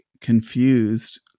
confused